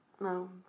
No